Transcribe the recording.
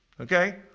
okay